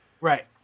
Right